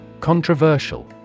Controversial